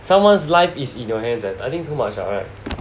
someone's life is in your hands eh I think too much ah right